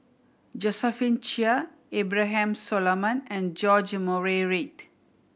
Josephine Chia Abraham Solomon and George Murray Reith